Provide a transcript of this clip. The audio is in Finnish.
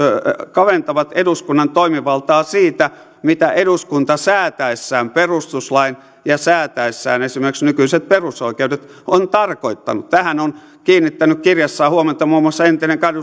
kaventavat eduskunnan toimivaltaa siinä mitä eduskunta säätäessään perustuslain ja säätäessään esimerkiksi nykyiset perusoikeudet on tarkoittanut tähän on kiinnittänyt kirjassaan huomiota muun muassa entinen